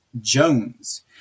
Jones